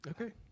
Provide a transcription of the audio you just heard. okay